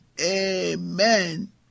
Amen